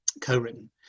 co-written